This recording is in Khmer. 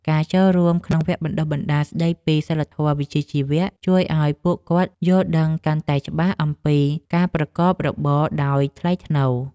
ការចូលរួមក្នុងវគ្គបណ្ដុះបណ្ដាលស្ដីពីសីលធម៌វិជ្ជាជីវៈជួយឱ្យពួកគាត់យល់ដឹងកាន់តែច្បាស់អំពីការប្រកបរបរដោយថ្លៃថ្នូរ។